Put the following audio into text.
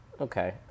Okay